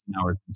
hours